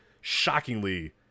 shockingly